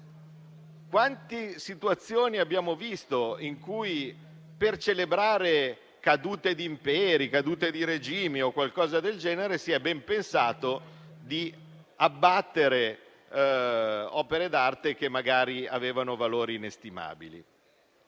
quante situazioni abbiamo visto in cui, per celebrare cadute di imperi, di regimi o qualcosa del genere, si è ben pensato di abbattere opere d'arte dal valore magari inestimabile.